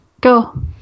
Go